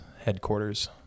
headquarters